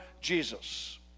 Jesus